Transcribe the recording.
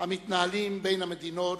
המתנהלים בין המדינות,